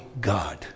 God